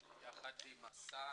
תודה שהגעת אלינו אדוני השר,